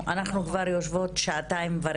אנחנו כבר יושבת למעלה משעתיים,